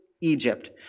Egypt